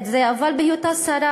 אבל בהיותה שרה